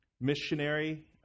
missionary